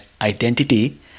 identity